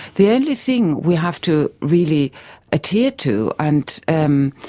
the only thing we have to really adhere to and and